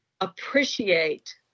appreciate